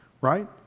right